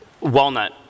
Walnut